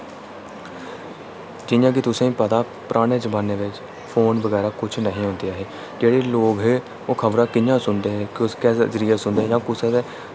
जि'यां कि तुसें पता पराने जमाने बिच्च फोन बगैरा कुछ न'हे होंदे ऐ हे जेह्ड़े लोक हे ओह् खबरां कि'यां सुन दे हे कुस कैसे जरियै सुनदे हे जां कुसै दे